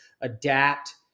adapt